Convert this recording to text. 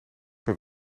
per